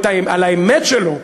על האמת שלו.